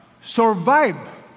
Survive